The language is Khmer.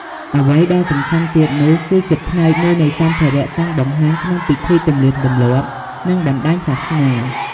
អ្វីដែលសំខាន់ទៀតនោះគឺជាផ្នែកមួយនៃសម្ភារៈតាំងបង្ហាញក្នុងពិធីទំនៀមទម្លាប់ និងបណ្តាញសាសនា។